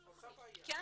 כן.